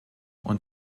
und